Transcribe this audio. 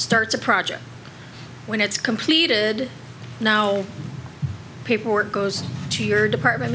starts a project when it's completed now paperwork goes to your department